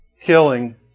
killing